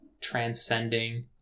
transcending